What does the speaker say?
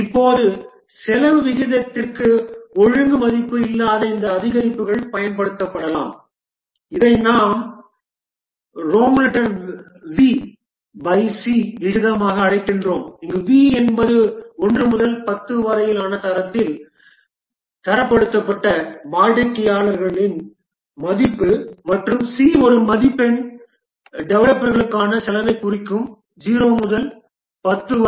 இப்போது செலவு விகிதத்திற்கு ஒழுங்கு மதிப்பு இல்லாத இந்த அதிகரிப்புகள் பயன்படுத்தப்படலாம் இதை நாம் V by C விகிதமாக அழைக்கிறோம் இங்கு V என்பது 1 முதல் 10 வரையிலான தரத்தில் தரப்படுத்தப்பட்ட வாடிக்கையாளரின் மதிப்பு மற்றும் C ஒரு மதிப்பெண் டெவலப்பர்களுக்கான செலவைக் குறிக்கும் 0 முதல் 10 வரை